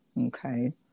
Okay